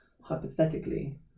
Hypothetically